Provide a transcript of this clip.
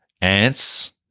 ants